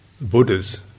Buddha's